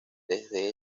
desde